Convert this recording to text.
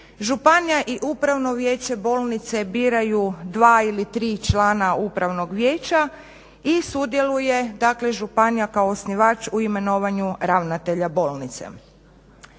županija i Upravno vijeće bolnice biraju 2 ili 3 člana Upravnog vijeća i sudjeluje dakle županija kao osnivač u imenovanju ravnatelja bolnice.